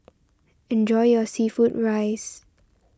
enjoy your Seafood Rice